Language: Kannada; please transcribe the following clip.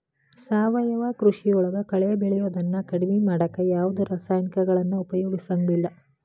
ಸಾವಯವ ಕೃಷಿಯೊಳಗ ಕಳೆ ಬೆಳಿಯೋದನ್ನ ಕಡಿಮಿ ಮಾಡಾಕ ಯಾವದ್ ರಾಸಾಯನಿಕಗಳನ್ನ ಉಪಯೋಗಸಂಗಿಲ್ಲ